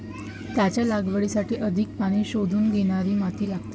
त्याच्या लागवडीसाठी अधिक पाणी शोषून घेणारी माती लागते